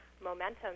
momentum